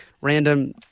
random